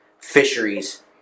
fisheries